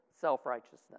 self-righteousness